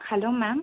hello ma'am